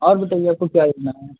और बताइए आपको क्या लेना है